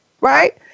right